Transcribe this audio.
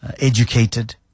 educated